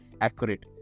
accurate